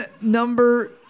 number